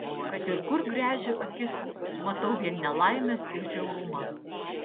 kad ir kur gręžiu akis matau vien nelaimes ir žiaurumą